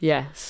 Yes